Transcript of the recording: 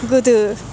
गोदो